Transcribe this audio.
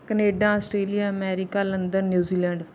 Canada Australia America London New Zealand